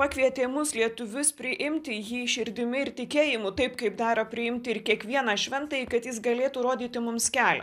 pakvietė mus lietuvius priimti jį širdimi ir tikėjimu taip kaip dera priimti ir kiekvieną šventąjį kad jis galėtų rodyti mums kelią